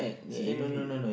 it's really ah